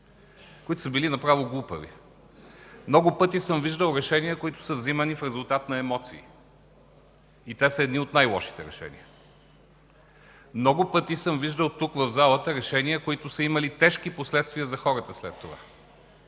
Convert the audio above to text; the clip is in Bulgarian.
които са били направо глупави. Много пъти съм виждал решения, които са взимани в резултат на емоции и те са едни от най-лошите решения. Много пъти съм виждал тук, в залата, решения, които са имали тежки последствия за хората след това.